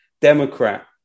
Democrat